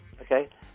Okay